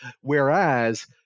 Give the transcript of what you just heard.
Whereas